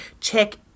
check